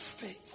faith